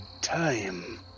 time